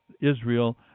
Israel